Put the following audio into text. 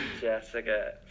jessica